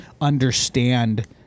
understand